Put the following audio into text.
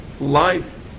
life